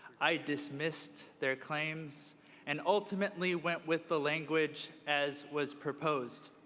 i dismissed their claims and ultimately went with the language as was proposed.